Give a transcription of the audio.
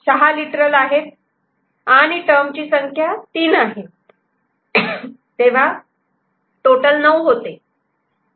आता 6 लिटरल आहेत आणि टर्म चि संख्या 3 आहे तेव्हा टोटल 9 होते